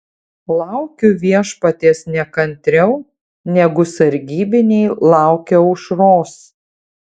laukiu viešpaties nekantriau negu sargybiniai laukia aušros